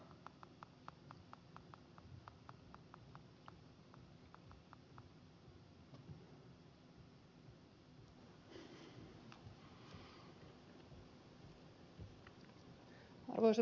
arvoisa puhemies